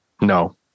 No